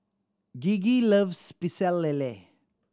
Gigi loves Pecel Lele